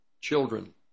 children